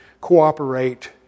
cooperate